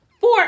four